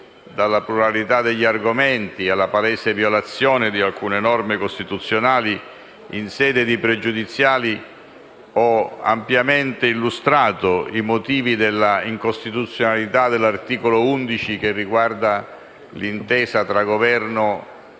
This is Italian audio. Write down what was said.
dalla pluralità degli argomenti, alla palese violazione di alcune norme costituzionali. In sede di discussione sulle questioni pregiudiziali ho ampiamente illustrato i motivi dell'incostituzionalità dell'articolo 11, che riguarda l'intesa tra Governo